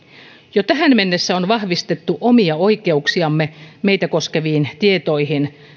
jo tähän mennessä on vahvistettu omia oikeuksiamme meitä koskeviin tietoihin